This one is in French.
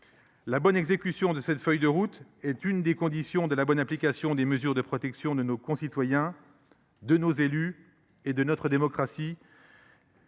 La bonne exécution de cette feuille de route est une des conditions de la bonne application des mesures de protection de nos concitoyens, de nos élus et de notre démocratie